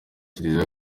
kiliziya